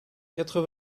quatre